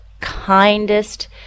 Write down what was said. kindest